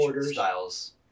styles